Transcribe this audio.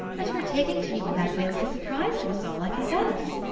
that her taking to you in that way was a surprise to us all, i confess.